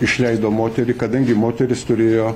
išleido moterį kadangi moteris turėjo